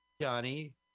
Johnny